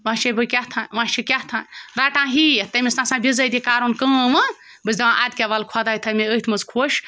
وۄنۍ چھے بہٕ کیٛاتھانۍ وۄنۍ چھِ کیٛاتھانۍ رَٹان ہیٚتھ تٔمِس نہٕ آسان بِزٲتی کَرُن کٲم وٲم کِہیٖنۍ بہٕ چھٮ۪س دَپان اَدٕکیٛاہ وَلہٕ خۄداے تھَوِ مےٚ أتھۍ منٛز خۄش